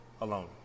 alone